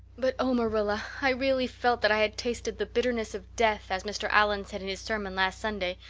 but, oh, marilla, i really felt that i had tasted the bitterness of death, as mr. allan said in his sermon last sunday,